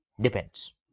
Depends